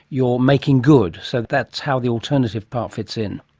you're making good, so that's how the alternative part fits in.